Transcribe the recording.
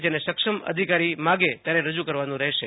જેને સક્ષમ અધિકારી માગે ત્યારે રજૂ કરવાનું રહેશે